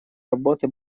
работы